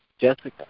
Jessica